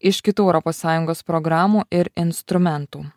iš kitų europos sąjungos programų ir instrumentų